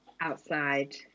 Outside